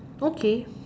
okay